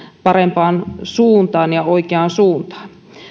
parempaan suuntaan ja oikeaan suuntaan